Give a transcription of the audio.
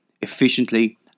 efficiently